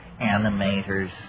animators